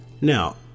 Now